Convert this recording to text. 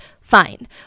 Fine